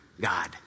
God